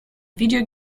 video